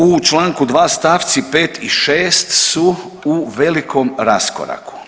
U članku 2. stavci 5. i 6. su u velikom raskoraku.